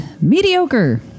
mediocre